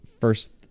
First